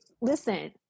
Listen